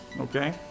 Okay